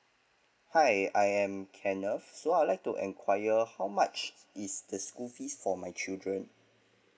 hi I am kenneth so I'd like to enquire how much is the school fees for my children